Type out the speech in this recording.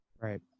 Right